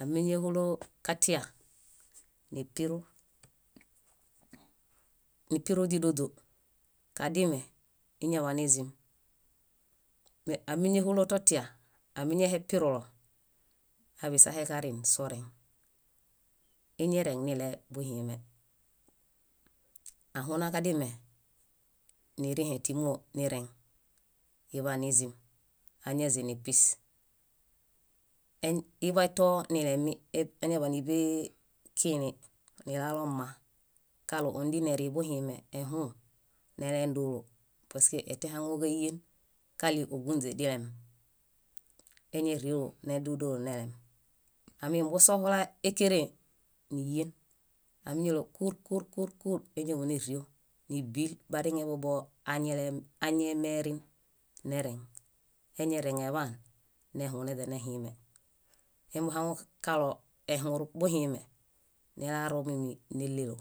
Ámiñahulo katia nipiru, nipiru źídoźo. Kadime iñaḃanizim. Ámiñahulo totia, amiñahepirulo, aḃisaheġarin soreŋ. Iñereŋ niɭebuhime. Ahunaġadime, nirĩhe tímoo nireŋ iḃanizim. Añazinipis. Zḃatonilemi, áñaḃaniḃee kiilĩ nilaalo mma kaɭo ondineribuhime ehũu, nelem dóolo, nelem. Amimbusohhola ékerẽe níyen, amiñaɭo kúur, kúur, kúur añaḃanerio. Níbil bariŋeḃo añale- añaemerin nereŋ. Eñereŋeḃaan nehũneźanehime. Embuhaŋukaɭo ehũrubuhime, nelaaro míminelelo.